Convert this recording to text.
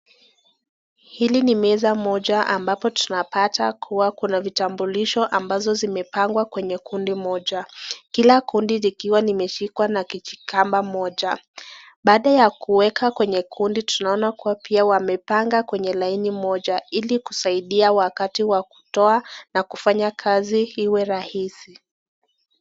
Hili ni meza moja ambapo tunapata kuwa kuna vitambulisho ambazo zimepangua kwenye kundi moja. kila kundi likiwa limeshikwa na kijikamba moja. Baada ya kuweka kwenye kundi tunaona pia kuwa wamepanga kwenye laini moja, ili kusaidia wakati wa kutoa na kufanya kazi iwe rahisi.